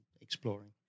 exploring